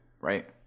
right